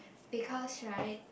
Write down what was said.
because right